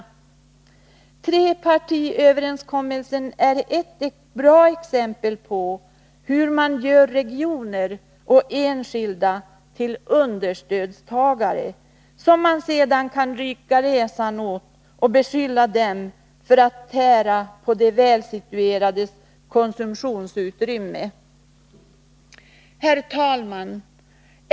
Trepartiöverenskommelsen är ett. bra exempel på hur man gör regioner och enskilda till understödstagare, som man sedan kan rynka näsan åt och beskylla för att tära på de välsituerades konsumtionsutrymme. Herr talman!